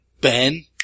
Ben